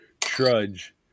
trudge